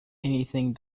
anything